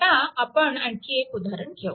आता आपण आणखी एक उदाहरण घेऊ